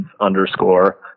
underscore